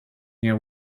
near